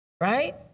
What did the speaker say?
right